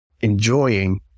enjoying